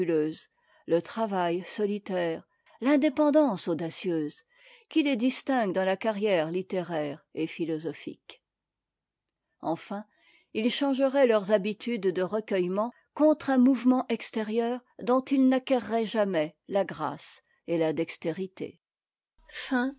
le travail solitaire l'indépendance audacieuse qui les distinguent dans la carrière littéraire et philosophique enfin ils changeraient leurs habitudes de recueillement contre un mouvement extérieur dont ils n'acquerraient jamais la grâce et la dextérité